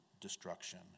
destruction